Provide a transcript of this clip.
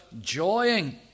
joying